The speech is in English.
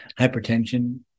hypertension